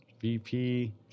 VP